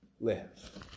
live